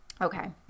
Okay